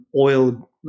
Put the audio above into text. oil